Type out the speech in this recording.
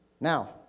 Now